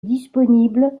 disponible